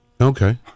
Okay